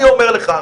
אני אומר לך,